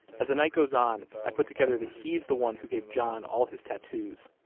as the night goes on, i put together that he's the one who gave john all his tattoos,